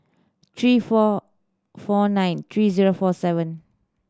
three four four nine three zero four seven